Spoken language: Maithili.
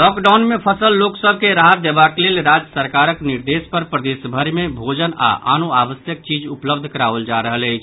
लॉकडाउन मे फंसल लोक सभ के राहत देबाक लेल राज्य सरकारक निर्देश पर प्रदेश भरि मे भोजन आओर आनो आवश्यक चीज उपलब्ध कराओल जा रहल अछि